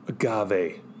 agave